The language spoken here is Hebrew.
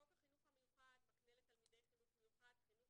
חוק החינוך המיוחד מקנה לתלמידי חינוך מיוחד חינוך